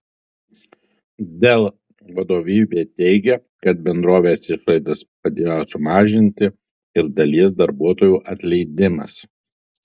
dell vadovybė teigia kad bendrovės išlaidas padėjo sumažinti ir dalies darbuotojų atleidimas